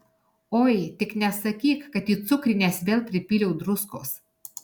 oi tik nesakyk kad į cukrines vėl pripyliau druskos